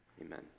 Amen